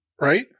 right